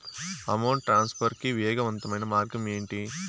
amount transfer కి వేగవంతమైన మార్గం ఏంటి